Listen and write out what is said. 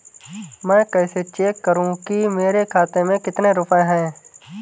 मैं कैसे चेक करूं कि मेरे खाते में कितने रुपए हैं?